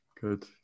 Good